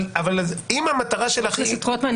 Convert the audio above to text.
חבר הכנסת רוטמן,